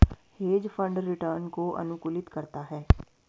hedge fund return को अनुकूलित करता है